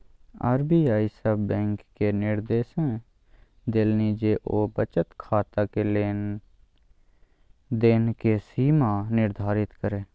RBI सभ बैंककेँ निदेर्श देलनि जे ओ बचत खाताक लेन देनक सीमा निर्धारित करय